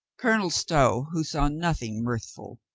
colonel stow, who saw nothing mirthful,